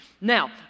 Now